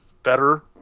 better